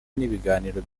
n’ibiganiro